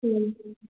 ꯎꯝ